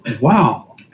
Wow